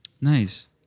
Nice